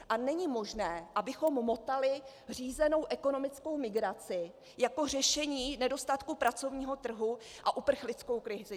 A není možné, abychom motali řízenou ekonomickou migraci jako řešení nedostatku pracovního trhu a uprchlickou krizi.